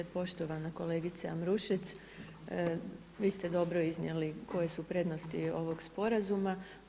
Poštovana kolegice Ambrušec vi ste dobro iznijeli koje su prednosti ovog sporazuma.